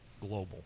global